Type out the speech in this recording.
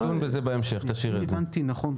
אם הבנתי נכון,